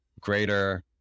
greater